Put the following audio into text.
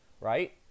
right